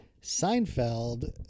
Seinfeld